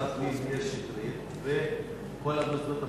הפנים מאיר שטרית וכל המוסדות המוסמכים,